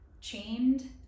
chained